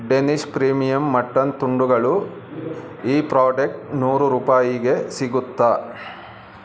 Danish premium mutton ತುಂಡುಗಳು ಈ product ನೂರು ರೂಪಾಯಿಗೆ ಸಿಗುತ್ತಾ